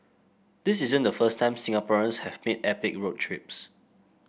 this isn't the first time Singaporeans have made epic road trips